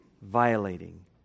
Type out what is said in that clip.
violating